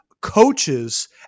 coaches